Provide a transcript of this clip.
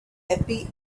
happy